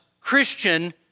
Christian